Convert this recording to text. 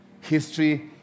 History